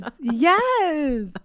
Yes